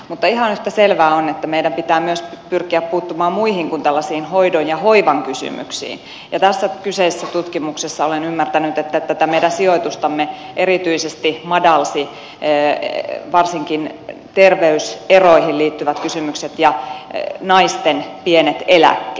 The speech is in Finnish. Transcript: mutta ihan yhtä selvää on että meidän pitää pyrkiä puuttumaan myös muihin kuin tällaisiin hoidon ja hoivan kysymyksiin ja tässä kyseisessä tutkimuksessa niin olen ymmärtänyt tätä meidän sijoitustamme madalsivat varsinkin terveyseroihin liittyvät kysymykset ja naisten pienet eläkkeet